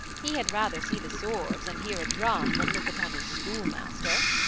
he had rather see the swords and hear a drum than look upon his schoolmaster.